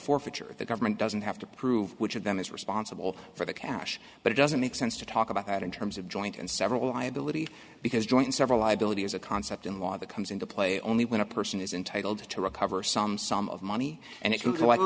if the government doesn't have to prove which of them is responsible for the cash but it doesn't make sense to talk about that in terms of joint and several of my ability because joint several liability is a concept in law that comes into play only when a person is entitled to recover some sum of money and it looks like